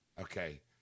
Okay